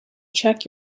check